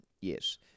yes